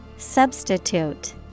Substitute